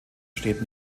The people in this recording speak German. steht